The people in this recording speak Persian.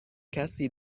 کسی